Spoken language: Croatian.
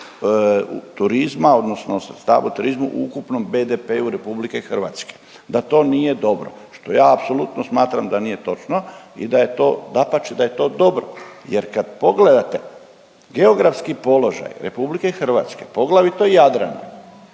turizma odnosno sredstava u turizmu u ukupnom BDP-u RH, da to nije dobro, što ja apsolutno smatram da nije točno i da je to, dapače da je to dobro. Jer kad pogledate geografski položaj RH, poglavito Jadran